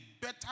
better